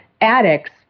addicts